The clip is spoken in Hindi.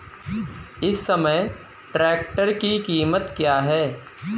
इस समय ट्रैक्टर की कीमत क्या है?